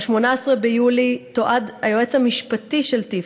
ב-18 ביולי תועד היועץ המשפטי של טי"פ,